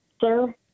Sir